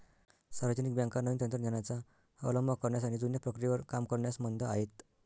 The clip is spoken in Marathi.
सार्वजनिक बँका नवीन तंत्र ज्ञानाचा अवलंब करण्यास आणि जुन्या प्रक्रियेवर काम करण्यास मंद आहेत